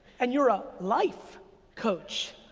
and you're a life coach.